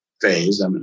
phase